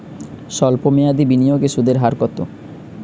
সল্প মেয়াদি বিনিয়োগে সুদের হার কত?